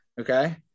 Okay